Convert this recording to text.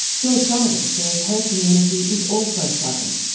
joyce donovan says her community is also struggling.